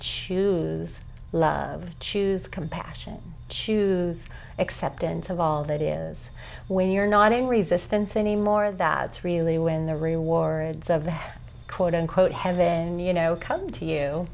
choose love choose compassion choose acceptance of all that is when you're not in resistance any more that it's really when the rewards of the quote unquote have been you know come to you